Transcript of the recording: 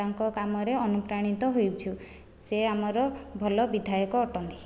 ତାଙ୍କ କାମରେ ଅନୁପ୍ରାଣିତ ହୋଇଛୁ ସେ ଆମର ଭଲ ବିଧାୟକ ଅଟନ୍ତି